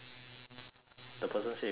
the person say restarted right